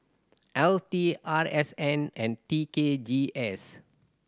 L T R S N and T K G S